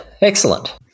Excellent